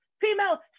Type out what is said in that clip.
female